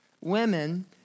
women